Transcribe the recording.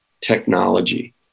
technology